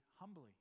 humbly